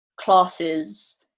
classes